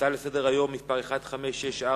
הצעה לסדר-היום מס' 1564,